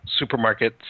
supermarkets